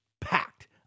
packed